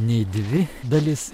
ne į dvi dalis